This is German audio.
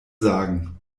sagen